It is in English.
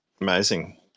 amazing